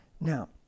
Now